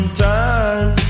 time